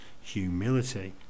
humility